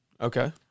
Okay